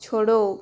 छोड़ो